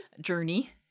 journey